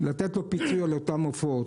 פיצוי על אותם עופות.